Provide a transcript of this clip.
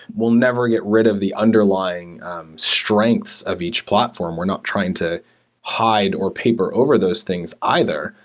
we'll never get rid of the under lying strengths of each platform. we're not trying to hide or paper over those things either,